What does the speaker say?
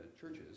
churches